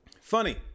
Funny